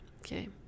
Okay